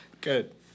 Good